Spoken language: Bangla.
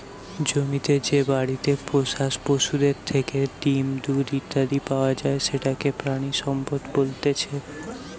জমিতে যে বাড়িতে পোষা পশুদের থেকে ডিম, দুধ ইত্যাদি পাওয়া যায় সেটাকে প্রাণিসম্পদ বলতেছে